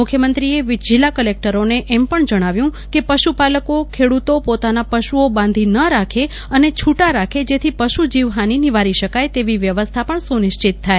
મુખ્યમંત્રીશ્રીએ જિલ્લા કલેકટરોને એમ પણ જણાવ્યું કે પશુપાલકો ખેડૂતો પોતાના પશુઓ બાંધી ન રાખે અને છૂટા રાખે જેથી પશુજીવ હાનિ નિવારી શકાય તેવી વ્યવસ્થા પણ સુનિશ્ચિત થાય